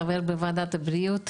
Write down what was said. חבר בוועדת הבריאות,